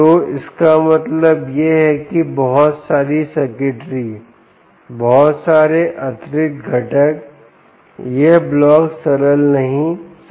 तो इसका मतलब यह है कि बहुत सारे सर्किटरी बहुत सारे अतिरिक्त घटक यह ब्लॉक सरल नहीं सरल नहीं है